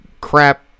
crap